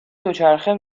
دوچرخه